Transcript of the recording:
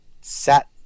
Sat